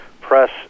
press